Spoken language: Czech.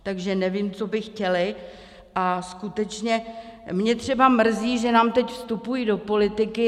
Takže nevím, co by chtěli, a skutečně mě třeba mrzí, že nám teď vstupují do politiky.